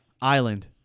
Island